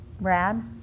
Brad